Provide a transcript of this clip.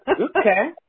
Okay